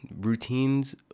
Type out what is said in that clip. Routines